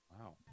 wow